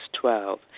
Twelve